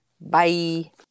Bye